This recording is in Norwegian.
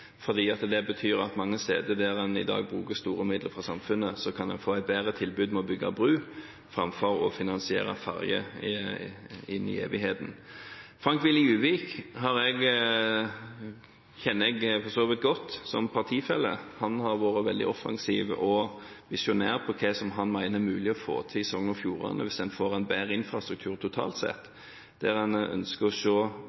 betyr at en mange steder, der en i dag bruker store midler fra samfunnet, kan få et bedre tilbud ved å bygge bro, framfor å finansiere ferge inn i evigheten. Frank Willy Djuvik kjenner jeg for så vidt godt som partifelle. Han har vært veldig offensiv og visjonær med hensyn til hva han mener det er mulig å få til i Sogn og Fjordane, hvis en fikk en bedre infrastruktur totalt sett. En burde se ulike transportformer i sammenheng i stedet for at en